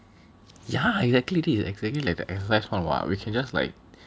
yeah exactly this is exactly like the exercise [one] [what] we can just like